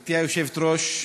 גברתי היושבת-ראש,